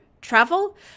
travel